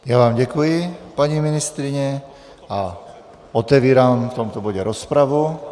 Já vám děkuji, paní ministryně, a otevírám v tomto bodě rozpravu.